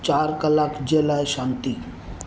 चार कलाक जे लाइ शांती